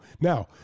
Now